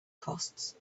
costs